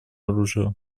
оружию